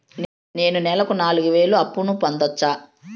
నేను నెలకు నాలుగు వేలు అప్పును పొందొచ్చా?